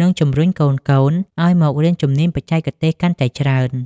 និងជំរុញកូនៗឱ្យមករៀនជំនាញបច្ចេកទេសកាន់តែច្រើន។